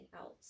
else